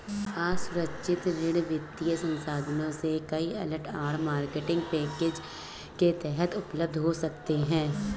असुरक्षित ऋण वित्तीय संस्थानों से कई अलग आड़, मार्केटिंग पैकेज के तहत उपलब्ध हो सकते हैं